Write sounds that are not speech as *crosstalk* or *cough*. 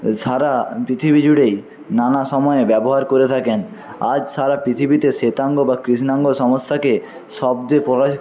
সারা পৃথিবী জুড়েই নানা সময় ব্যবহার করে থাকেন আজ সারা পৃথিবীতে শ্বেতাঙ্গ বা কৃষ্ণাঙ্গ সমস্যাকে শব্দে *unintelligible*